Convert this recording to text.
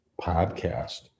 podcast